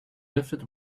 lifted